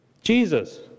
Jesus